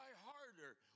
harder